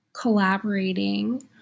collaborating